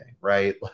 right